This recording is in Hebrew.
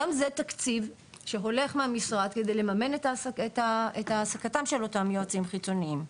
גם זה תקציב שהולך מהמשרד כדי לממן את העסקתם של אותם יועצים חיצוניים.